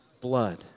blood